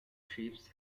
ships